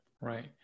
Right